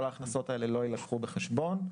כל ההכנסות הללו לא יילקחו בחשבון.